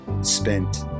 spent